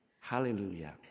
hallelujah